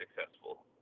successful